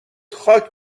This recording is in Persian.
خاک